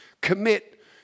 commit